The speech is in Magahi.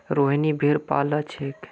रोहिनी भेड़ पा ल छेक